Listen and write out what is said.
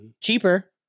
cheaper